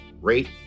rate